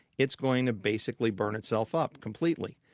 it's going to basically burn itself up completely.